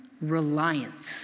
reliance